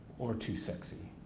or too sexy.